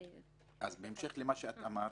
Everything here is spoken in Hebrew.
בהמשך למה שאמרת,